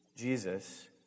Jesus